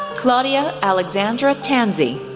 claudia alexandra tansey,